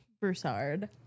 Broussard